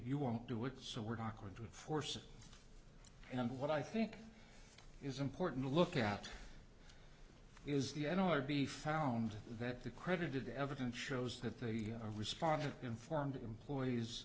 you won't do it so we're talking to force and what i think is important to look at is the n l r b found that the credited evidence shows that they responded informed employees